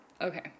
okay